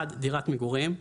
דירת מגורים,